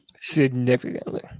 Significantly